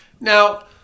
Now